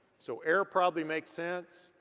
so air probably makes sense.